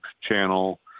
channel